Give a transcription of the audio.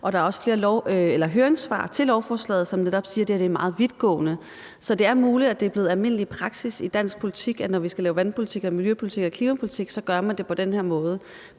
og der er også af flere høringssvar til lovforslaget, som netop siger, at det her er meget vidtgående. Så det er muligt, er det blevet almindelig praksis i dansk politik, at når vi skal lave vandpolitik og miljøpolitik og klimapolitik, gør man det på den her måde.